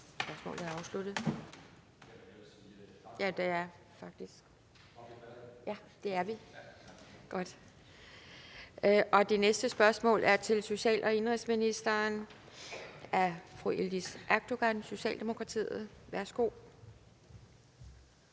Det næste spørgsmål er til social- og indenrigsministeren af fru Yildiz Akdogan, Socialdemokratiet. Kl.